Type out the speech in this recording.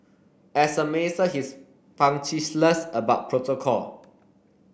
as a minister he's punctilious about protocol